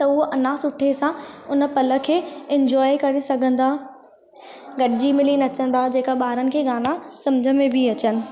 त उहो अञा सुठे सां उन पल खे इन्जॉय करे सघंदा गॾिजी मिली नचंदा जेका ॿारनि खे गाना सम्झि में बि अचनि